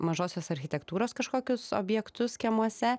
mažosios architektūros kažkokius objektus kiemuose